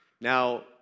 Now